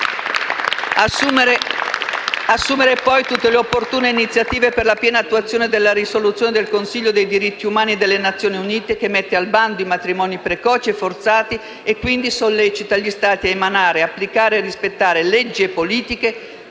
assumere, poi, tutte le opportune iniziative per la piena attuazione della risoluzione del Consiglio per i diritti umani delle Nazioni Unite che mette al bando i matrimoni precoci e forzati e quindi sollecita tutti gli Stati membri a emanare, applicare e rispettare, leggi e politiche